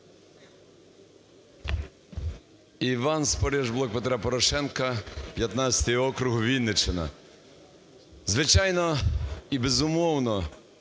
Іван Спориш, "Блок Петра Порошенка", 15 округ Вінниччина. Звичайно і, безумовно,